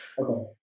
Okay